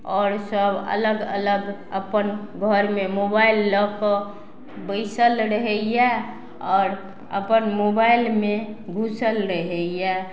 आओर सब अलग अलग अपन घरमे मोबाइल लअ कऽ बैसल रहइए आओर अपन मोबाइलमे घुसल रहइए